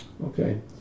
Okay